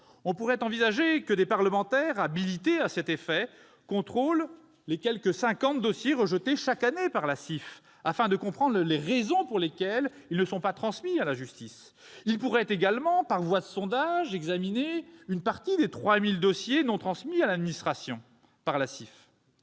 pourrions envisager que des parlementaires, habilités à cet effet, contrôlent les 50 dossiers rejetés chaque année par la CIF, afin de comprendre les raisons pour lesquelles il a été décidé de ne pas les transmettre à la justice. Ces parlementaires pourraient également, par voie de sondage, examiner une partie des 3 000 dossiers non transmis par l'administration à la CIF.